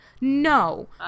No